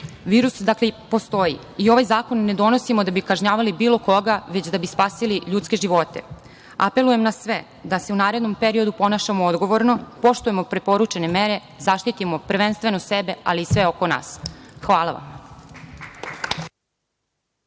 dakle, postoji i ovaj zakon ne donosimo da bi kažnjavali bilo koga, već da bi spasili ljudske živote. Apelujem na sve da se u narednom periodu ponašamo odgovorno, poštujemo preporučene mere, zaštitimo prvenstveno sebe, ali i sve oko nas. Hvala vam.